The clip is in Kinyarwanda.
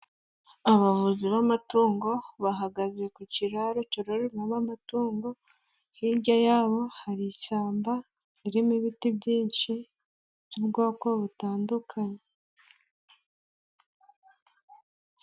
Abavuzi b'amatungo bahagaze ku kiraro cyororerwamo amatungo, hirya yabo hari ishyamba ririmo ibiti byinshi by'ubwoko butandukanye.